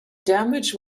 damage